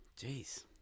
Jeez